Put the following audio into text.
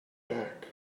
back